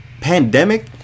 pandemic